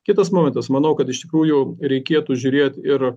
kitas momentas manau kad iš tikrųjų reikėtų žiūrėt ir